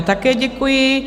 Také děkuji.